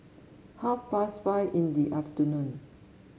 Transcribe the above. half past five in the afternoon